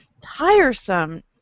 tiresome